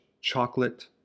chocolate